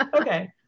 okay